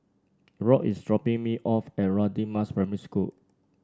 Rock is dropping me off at Radin Mas Primary School